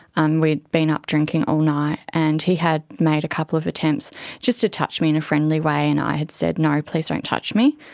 and we'd been up drinking all night and he had made a couple of attempts just to touch me in a friendly way, and i had said, no, please don't touch me,